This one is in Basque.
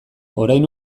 orain